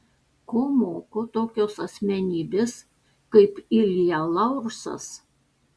ko moko tokios asmenybės kaip ilja laursas